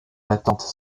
l’attente